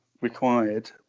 required